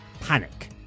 panic